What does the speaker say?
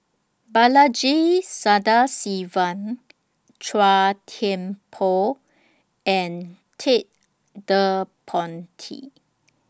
Balaji Sadasivan Chua Thian Poh and Ted De Ponti